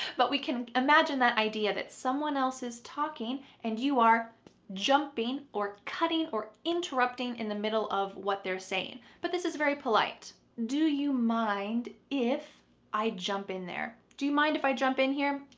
but we can imagine that idea that someone else is talking and you are jumping or cutting or interrupting in the middle of what they're saying, but this is very polite. do you mind if i jump in there? do you mind if i jump in here?